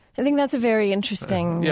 i think that's a very interesting, yeah